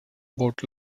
about